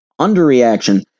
Underreaction